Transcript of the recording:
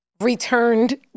returned